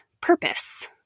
purpose